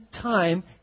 time